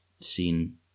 seen